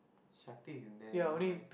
Shakti is in there you know right